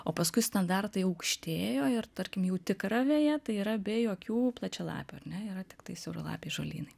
o paskui standartai aukštėjo ir tarkim jau tikra veja tai yra be jokių plačialapių ar ne yra tiktai siauralapiai žolynai